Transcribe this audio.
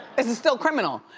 this is still criminal.